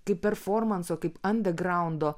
kaip performanso kaip ant grando